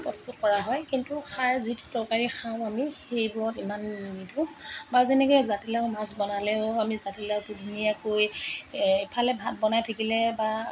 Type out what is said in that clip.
প্ৰস্তুত কৰা হয় কিন্তু খাৰ যিটো তৰকাৰি খাওঁ আমি সেইবোৰত ইমান নিদিওঁ বা যেনেকৈ জাতিলাও মাছ বনালেও আমি জাতিলাওটো ধুনীয়াকৈ এইফালে ভাত বনাই থাকিলে বা